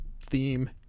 theme